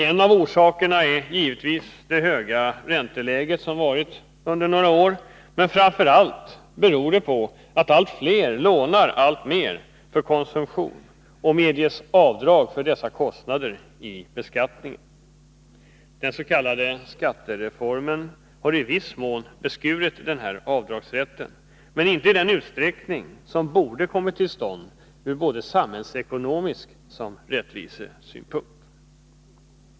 En av orsakerna är givetvis det höga ränteläge som varit under några år, men framför allt beror det på att allt fler lånar alltmer för konsumtion och medges avdrag för dessa kostnader i beskattningen. Den s.k. skattereformen har i viss mån beskurit denna avdragsrätt men inte i den utsträckning som borde ha kommit till stånd, ur både samhällsekonomisk synpunkt och rättvisesynpunkt.